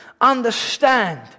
understand